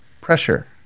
pressure